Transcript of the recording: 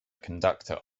conductor